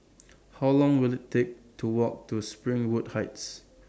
How Long Will IT Take to Walk to Springwood Heights